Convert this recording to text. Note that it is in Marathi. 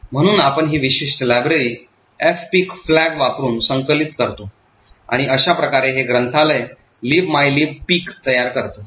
म्हणून आपण ही विशिष्ट लायब्ररी fpic flag वापरून संकलित करतो आणि अशा प्रकारे हे ग्रंथालय libmylib pic तयार करतो